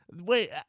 Wait